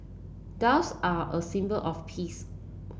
doves are a symbol of peace